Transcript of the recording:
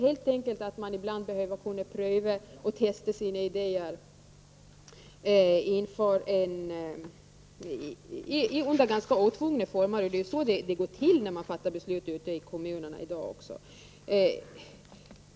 Man behöver ibland helt enkelt pröva och testa sina idéer under ganska otvungna former. Det är på det sättet det går till när beslut fattas ute i kommunerna.